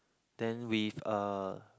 then with uh